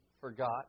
forgot